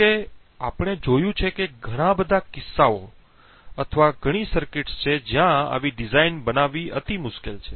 જો કે આપણે જોયું છે કે ઘણા બધા કિસ્સાઓ અથવા ઘણા સર્કિટ્સ છે જ્યાં આવી ડિઝાઇન બનાવવી અતિ મુશ્કેલ છે